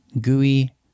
gooey